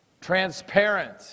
transparent